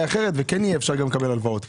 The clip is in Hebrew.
אחרת ואפשר כן יהיה לקבל הלוואת פה.